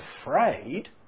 afraid